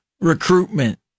recruitment